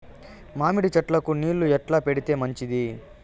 మామిడి చెట్లకు నీళ్లు ఎట్లా పెడితే మంచిది?